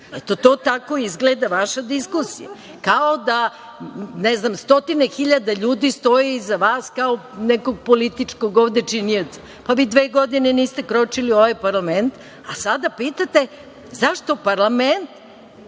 Eto, to tako izgleda, vaša diskusija, kao da ne znam, stotine hiljada ljudi stoji iza vas, kao nekog političkog činioca. Pa, vi dve godine niste kročili u ovaj parlament, a sada pitate zašto parlament,